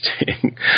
interesting